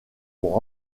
pour